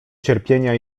cierpienia